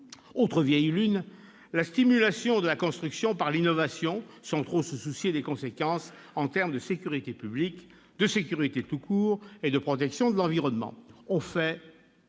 Autre vieille lune, la stimulation de la construction par l'innovation, sans trop se soucier des conséquences en termes de sécurité publique, de sécurité tout court et de protection de l'environnement.